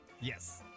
Yes